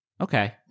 Okay